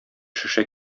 шешә